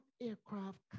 aircraft